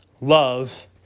love